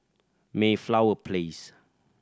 Mayflower Place